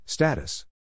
Status